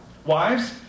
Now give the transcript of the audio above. Wives